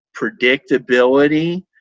predictability